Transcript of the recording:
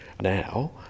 now